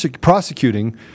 prosecuting